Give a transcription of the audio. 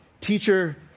teacher